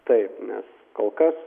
taip nes kol kas